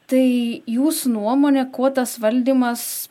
tai jūsų nuomone kuo tas valdymas